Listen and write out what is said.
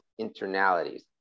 internalities